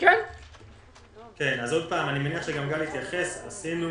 אני מניח שגל התייחס עשינו